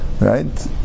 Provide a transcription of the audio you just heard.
right